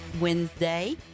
Wednesday